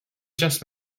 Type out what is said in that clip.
just